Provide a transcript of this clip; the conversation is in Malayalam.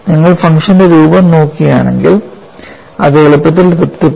നിങ്ങൾ ഫംഗ്ഷന്റെ രൂപം നോക്കുകയാണെങ്കിൽ അത് എളുപ്പത്തിൽ തൃപ്തിപ്പെടുത്തും